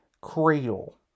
cradle